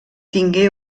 tingué